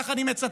כך אני מצטט,